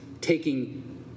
taking